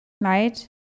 right